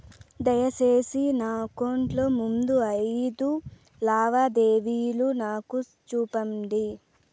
దయసేసి నా అకౌంట్ లో ముందు అయిదు లావాదేవీలు నాకు చూపండి